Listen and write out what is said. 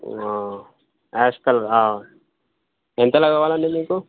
ash colour ఎంతలో కావాలండి మీకు